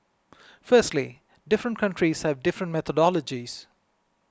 firstly different countries have different methodologies